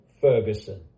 Ferguson